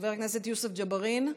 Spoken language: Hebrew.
חבר הכנסת יוסף ג'בארין,